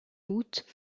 août